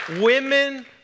women